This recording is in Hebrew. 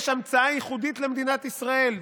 יש המצאה ייחודית למדינת ישראל,